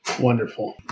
Wonderful